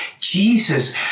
Jesus